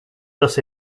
thus